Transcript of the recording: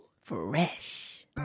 fresh